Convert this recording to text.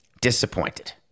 Disappointed